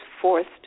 forced